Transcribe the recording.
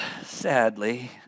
sadly